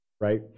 right